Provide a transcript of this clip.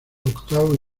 octavo